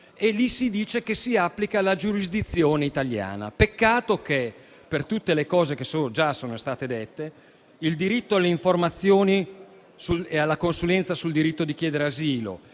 e lì si dice che si applica la giurisdizione italiana. Peccato che, per tutte le cose che già sono state dette, il diritto alle informazioni, la consulenza sul diritto di chiedere asilo,